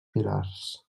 pilars